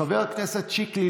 חבר הכנסת שיקלי,